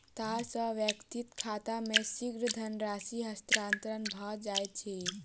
तार सॅ व्यक्तिक खाता मे शीघ्र धनराशि हस्तांतरण भ जाइत अछि